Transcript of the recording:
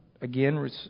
again